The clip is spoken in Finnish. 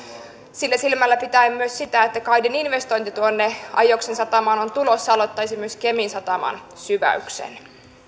silmällä pitäen myös sitä että kaidin investointi ajoksen satamaan on tulossa aloittaisi myös kemin sataman syväyksen